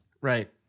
Right